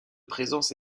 présence